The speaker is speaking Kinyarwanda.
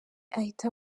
ahita